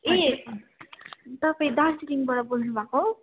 ए तपाईँ दार्जिलिङबाट बोल्नु भएको हो